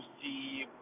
see